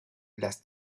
las